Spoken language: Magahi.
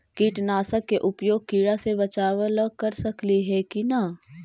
कीटनाशक के उपयोग किड़ा से बचाव ल कर सकली हे की न?